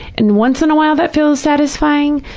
and once in a while that feels satisfying,